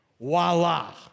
Voila